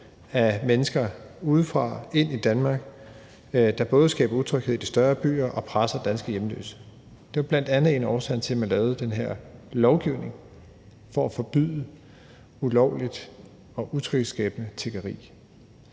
af mennesker udefra ind i Danmark, der både skaber utryghed i de større byer og presser danske hjemløse. Det var bl.a. en af årsagerne til, at man lavede den her lovgivning, nemlig for at forbyde ulovligt og utryghedsskabende tiggeri.